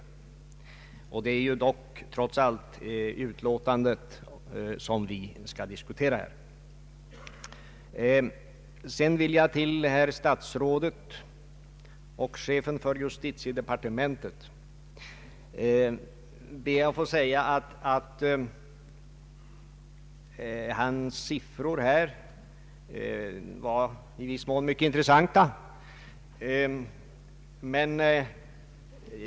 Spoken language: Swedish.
Det är trots allt utskottsutlåtandet som vi i dag skall diskutera. Sedan vill jag säga till herr statsrådet och chefen för justitiedepartementet att hans siffror i viss mån var mycket intressanta.